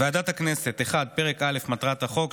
ועדת הכנסת: 1. פרק א' מטרת החוק,